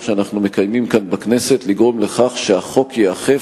שאנחנו מקיימים כאן בכנסת לגרום לכך שהחוק ייאכף,